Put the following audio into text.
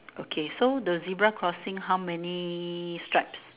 okay so the zebra crossing how many stripes